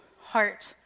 heart